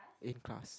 in class